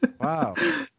Wow